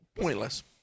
pointless